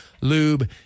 Lube